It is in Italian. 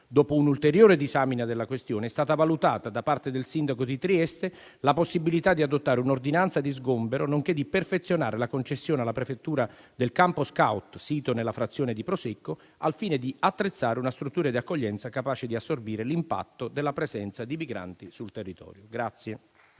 dopo un'ulteriore disamina della questione, è stata valutata da parte del sindaco di Trieste la possibilità di adottare un'ordinanza di sgombero, nonché di perfezionare la concessione alla prefettura del campo *scout* sito nella frazione di Prosecco al fine di attrezzare una struttura di accoglienza capace di assorbire l'impatto della presenza di migranti sul territorio.